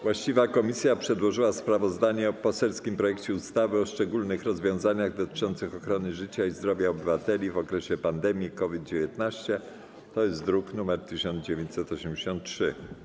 Właściwa komisja przedłożyła sprawozdanie o poselskim projekcie ustawy o szczególnych rozwiązaniach dotyczących ochrony życia i zdrowia obywateli w okresie epidemii COVID-19, druk nr 1983.